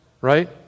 right